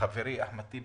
חברי, אחמד טיבי,